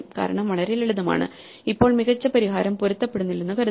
കാരണം വളരെ ലളിതമാണ് ഇപ്പോൾ മികച്ച പരിഹാരം പൊരുത്തപ്പെടുന്നില്ലെന്ന് കരുതുക